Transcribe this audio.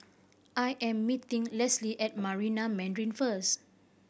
I am meeting Leslie at Marina Mandarin first